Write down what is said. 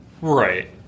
Right